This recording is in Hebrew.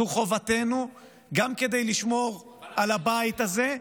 זו חובתנו גם כדי לשמור על הבית הזה,